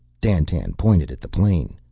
dandtan pointed at the plain.